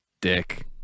dick